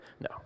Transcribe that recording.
No